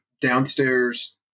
downstairs